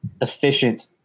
efficient